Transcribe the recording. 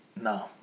No